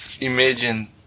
imagine